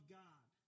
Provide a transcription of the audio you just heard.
god